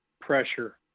pressure